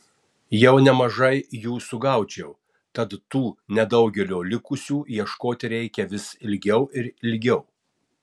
jau nemažai jų sugaudžiau tad tų nedaugelio likusių ieškoti reikia vis ilgiau ir ilgiau